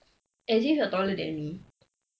as if you're taller than me